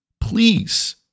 Please